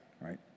right